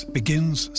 begins